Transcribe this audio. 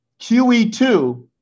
QE2